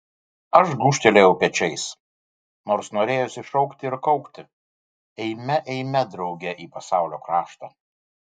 aš gūžtelėjau pečiais nors norėjosi šaukti ir kaukti eime eime drauge į pasaulio kraštą